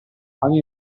ogni